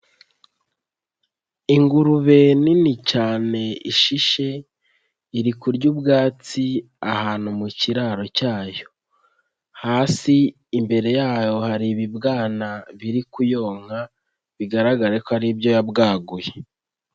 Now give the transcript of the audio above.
Ingurube nini cyane ishishe iri kurya ubwatsi ahantu mu kiraro cyayo, hasi imbere yayo hari ibibwana biri kuyonka bigaragare ko ari ibyo yabwaguye.